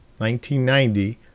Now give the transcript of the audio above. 1990